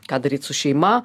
ką daryt su šeima